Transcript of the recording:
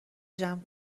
جمع